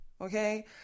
okay